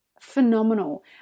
Phenomenal